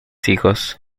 hijos